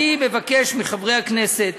אני מבקש מחברי הכנסת